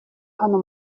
hano